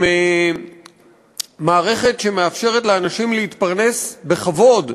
עם מערכת שמאפשרת לאנשים להתפרנס בכבוד מעבודה,